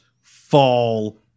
fall